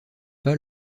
pas